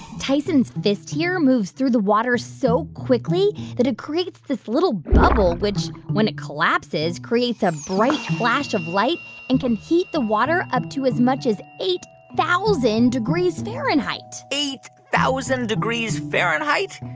tyson's fist here moves through the water so quickly that it creates this little bubble which, when it collapses, creates a bright flash of light and can heat the water up to as much as eight thousand degrees fahrenheit eight thousand degrees fahrenheit?